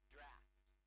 Draft